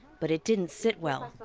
but it didn't sit well.